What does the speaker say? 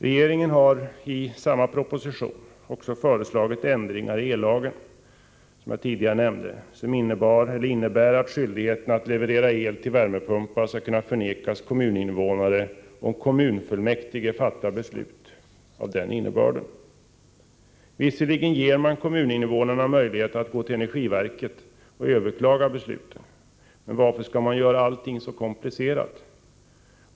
Regeringen har i samma proposition också föreslagit ändringar i ellagen, vilket jag tidigare nämnt, som innebär att leverans av el till värmepumpar skall kunna förvägras kommuninvånare, om kommunfullmäktige fattar beslut med den innebörden. Visserligen ger man kommuninvånarna möjligheter att gå till energiverket och överklaga beslutet, men varför skall man göra allting så komplicerat?